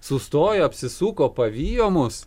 sustojo apsisuko pavijo mus